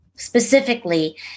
Specifically